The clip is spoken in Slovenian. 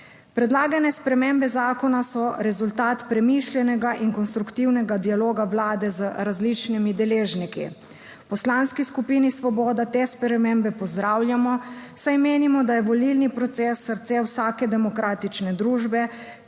Predlagane spremembe zakona so rezultat premišljenega in konstruktivnega dialoga Vlade z različnimi deležniki. V Poslanski skupini Svoboda te spremembe pozdravljamo, saj menimo, da je volilni proces srce vsake demokratične družbe,